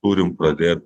turim pradėt